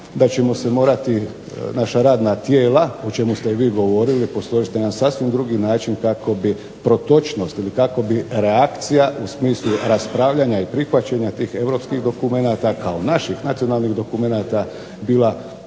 da ćemo se morati naša radna tijela o čemu ste i vi govorili posložiti na jedan sasvim drugi način kako bi protočnost ili kako bi reakcija u smislu raspravljanja i prihvaćanja tih europskih dokumenata kao naših nacionalnih dokumenata bila bolja,